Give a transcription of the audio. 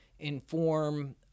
inform